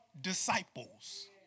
disciples